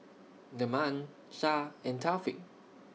Leman Shah and Taufik